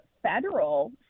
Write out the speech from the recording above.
federal